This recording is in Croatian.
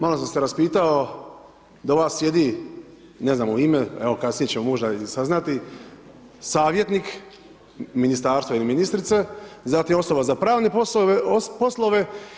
Malo sam se raspitao do vas sjedi ne znam mu ime, evo kasnije ću možda i saznati, savjetnik ministarstva ili ministrice, zatim osoba za pravne poslove.